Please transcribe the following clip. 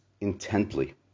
intently